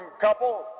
couple